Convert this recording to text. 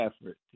effort